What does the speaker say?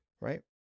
Right